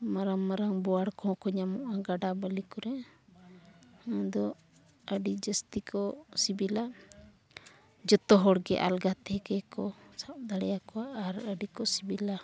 ᱢᱟᱨᱟᱝᱼᱢᱟᱨᱟᱝ ᱵᱚᱣᱟᱲ ᱠᱚᱦᱚᱸ ᱠᱚ ᱧᱟᱢᱚᱜ ᱟᱠᱚ ᱜᱟᱰᱟ ᱵᱟᱞᱤ ᱠᱚᱨᱮ ᱟᱫᱚ ᱟᱹᱰᱤ ᱵᱟᱹᱲᱛᱤ ᱠᱚ ᱥᱤᱵᱤᱞᱟ ᱡᱚᱛᱚ ᱦᱚᱲᱜᱮ ᱟᱞᱜᱟᱛᱮᱜᱮ ᱠᱚ ᱥᱟᱵ ᱫᱟᱲᱮᱭ ᱟᱠᱚᱣᱟ ᱟᱨ ᱟᱹᱰᱤ ᱠᱚ ᱥᱤᱵᱤᱞᱟ